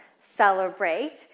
celebrate